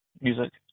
music